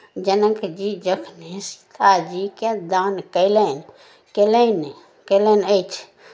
जनक जी जखनहि सीताजीके दान कयलनि कयलनि कयलनि अछि